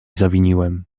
zawiniłem